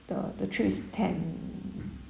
the the trip is tenth